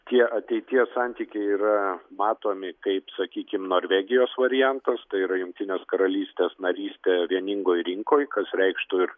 tie ateities santykiai yra matomi kaip sakykim norvegijos variantas tai yra jungtinės karalystės narystė vieningoj rinkoj kas reikštų ir